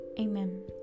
Amen